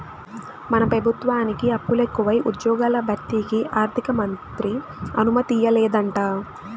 మన పెబుత్వానికి అప్పులెకువై ఉజ్జ్యోగాల భర్తీకి ఆర్థికమంత్రి అనుమతియ్యలేదంట